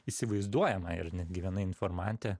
įsivaizduojama ir netgi viena informantė